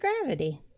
gravity